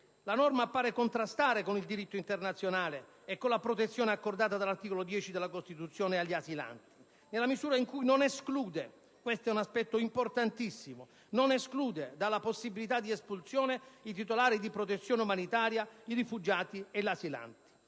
la norma appare contrastare con il diritto internazionale e con la protezione accordata dall'articolo 10 della Costituzione agli asilanti, nella misura in cui non esclude - questo è un aspetto importantissimo - dalla possibilità di espulsione i titolari di protezione umanitaria, i rifugiati e gli asilanti.